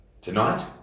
Tonight